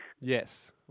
Yes